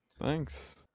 Thanks